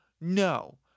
no